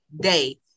day